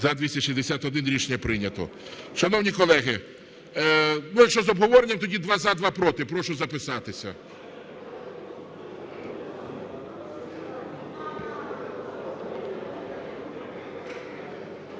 За-261 Рішення прийнято. Шановні колеги, якщо з обговоренням, тоді: два – за, два – проти. Прошу записатися.